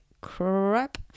crap